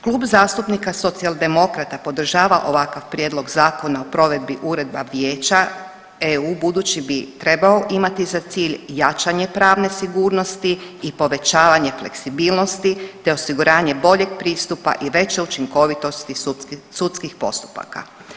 Klub zastupnika Socijaldemokrata podržava ovakav Prijedlog zakona o provedbi Uredba Vijeća EU budući bi trebao imati za cilj jačanje pravne sigurnosti i povećavanje fleksibilnosti, te osiguranje boljeg pristupa i veće učinkovitosti sudskih postupaka.